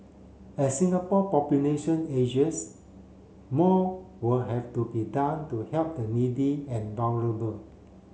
as Singapore population ages more will have to be done to help the needy and vulnerable